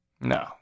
No